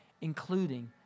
including